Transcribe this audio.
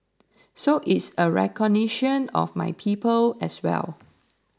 so it's a recognition of my people as well